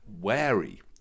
wary